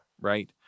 right